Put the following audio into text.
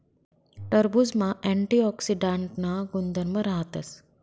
टरबुजमा अँटीऑक्सीडांटना गुणधर्म राहतस